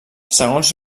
segons